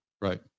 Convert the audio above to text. right